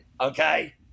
Okay